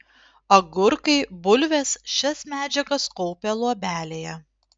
agurkai bulvės šias medžiagas kaupia luobelėje